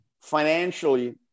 financially